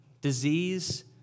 disease